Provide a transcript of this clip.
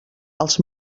els